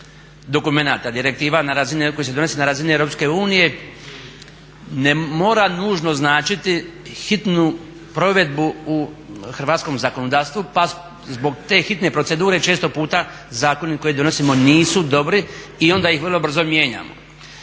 dokumenata, direktiva koje se donose na razini EU ne mora nužno značiti hitnu provedbu u hrvatskom zakonodavstvu, pa zbog te hitne procedure često puta zakoni koje donosimo nisu dobri i onda ih vrlo brzo mijenjamo.